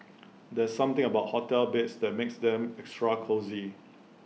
there's something about hotel beds that makes them extra cosy